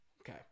Okay